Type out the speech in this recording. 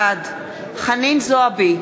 בעד חנין זועבי,